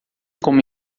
como